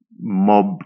mob